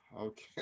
okay